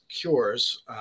cures